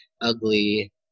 ugly